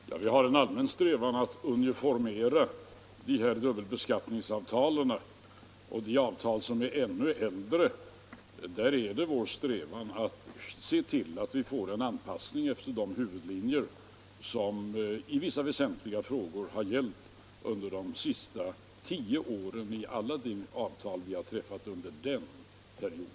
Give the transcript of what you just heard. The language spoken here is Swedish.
Herr talman! Vi har en allmän strävan att uniformera dubbelbeskattningsavtalen. I vad gäller de avtal som är ännu äldre än det nu aktuella är det vår strävan att få en anpassning efter de huvudlinjer som i vissa väsentliga frågor har gällt under de senaste tio åren i alla de avtal vi träffat under denna period.